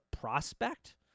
prospect